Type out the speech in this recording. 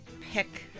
pick